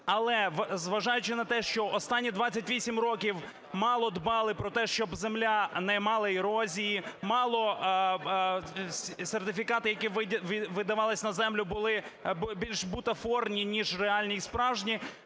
Але, зважаючи на те, що останні 28 років мало дбали про те, щоб земля не мала ерозії, сертифікати, які видавалися на землю, були більш бутафорні ніж реальні і справжні,